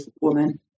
woman